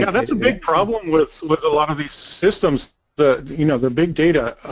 yeah that's a big problem with with a lot of these systems the you know the big data